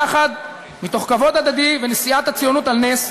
יחד, מתוך כבוד הדדי ונשיאת הציונות על נס,